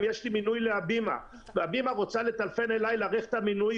אם יש לי מינוי להבימה והבימה רוצה לטלפן אליי להאריך את המינוי,